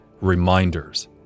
reminders